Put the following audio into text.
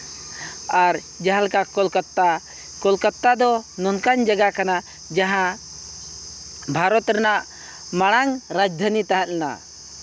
ᱟᱨ ᱡᱟᱦᱟᱸ ᱞᱮᱠᱟ ᱠᱳᱞᱠᱟᱛᱟ ᱠᱳᱞᱠᱟᱛᱟ ᱫᱚ ᱱᱚᱝᱠᱟᱱ ᱡᱟᱭᱜᱟ ᱠᱟᱱᱟ ᱡᱟᱦᱟᱸ ᱵᱷᱟᱨᱚᱛ ᱨᱮᱱᱟᱝ ᱢᱟᱲᱟᱝ ᱨᱟᱡᱽᱫᱷᱟᱹᱱᱤ ᱛᱟᱦᱮᱸ ᱞᱮᱱᱟ